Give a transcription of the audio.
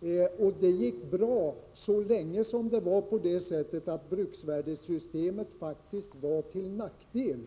Man tyckte det gick bra så länge det var på det sättet att bruksvärdessystemet faktiskt var till nackdel